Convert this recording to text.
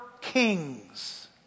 kings